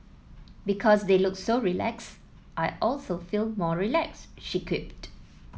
because they look so relaxed I also feel more relaxed she quipped